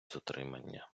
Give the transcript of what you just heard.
затримання